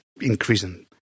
increasing